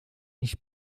nicht